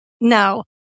no